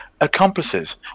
accomplices